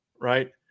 right